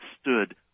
stood